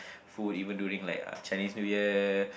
food even during like Chinese New Year